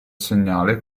segnale